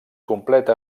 completa